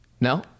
No